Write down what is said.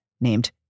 named